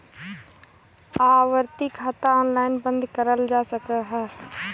आवर्ती खाता ऑनलाइन बन्द करल जा सकत ह का?